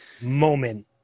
moment